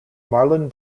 marlon